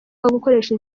gukoresha